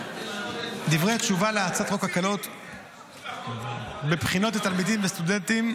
דברי תשובה להצעת חוק הקלות בבחינות לתלמידים וסטודנטים